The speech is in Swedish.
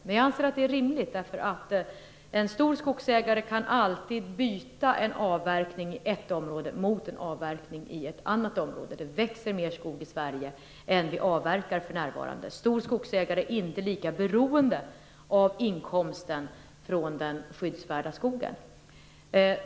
Men jag anser att det är rimligt, eftersom en stor skogsägare alltid kan byta en avverkning i ett område mot en avverkning i ett annat område. Det växer mer skog i Sverige än vi avverkar för närvarande. En stor skogsägare är inte lika beroende av inkomsten från den skyddsvärda skogen.